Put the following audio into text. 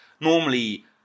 normally